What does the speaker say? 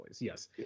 yes